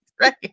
Right